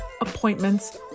appointments